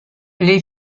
les